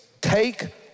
take